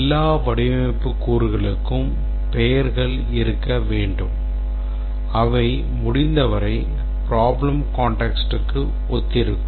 எல்லா வடிவமைப்பு கூறுகளுக்கும் பெயர்கள் இருக்க வேண்டும் அவை முடிந்தவரை problem context க்கு ஒத்திருக்கும்